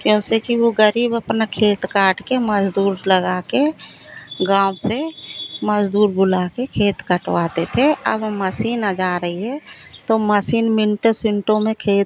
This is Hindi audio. क्यों से कि वे ग़रीब अपना खेत काटकर मज़दूर लगाकर गाँव से मज़दूर बुलाकर खेत कटवाते थे अब मसीन आ जा रही है तो मसीन मिंटों सिंटों में खेत